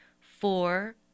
Four